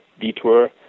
detour